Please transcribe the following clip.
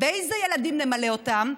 באיזה ילדים נמלא אותן?